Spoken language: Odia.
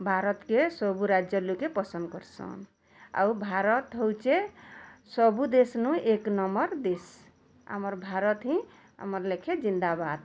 ଭାରତ୍ କେ ସବୁ ରାଜ୍ୟ ଲୋକେ ପସନ୍ଦ୍ କରିସନ୍ ଆଉ ଭାରତ୍ ହଉଛେ ସବୁ ଦେଶ୍ ନୁ ଏକ ନମ୍ବର୍ ଦେଶ୍ ଆମର ଭାରତ୍ ହିଁ ଆମର୍ ଲେଖେଁ ଜିନ୍ଦାବାଦ୍